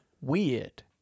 weird